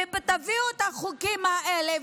ותביאו את החוקים האלה,